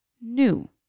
new